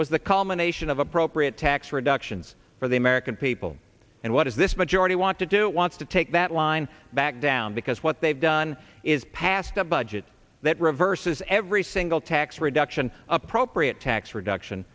was the culmination of appropriate tax reductions for the american people and what is this majority want to do wants to take that line back down because what they've done is passed a budget that reverses every single tax reduction appropriate tax reduction